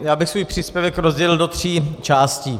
Já bych svůj příspěvek rozdělil do tří částí.